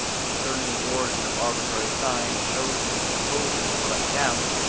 concerning the origin of arbitrary signs, shows that he supposes, what i doubt,